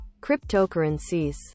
cryptocurrencies